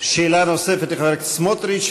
שאלה נוספת לחבר הכנסת סמוטריץ,